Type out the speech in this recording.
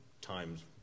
times